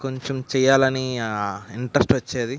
కొంచెం చెయ్యాలని ఇంట్రెస్ట్ వచ్చేది